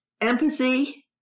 empathy